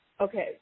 Okay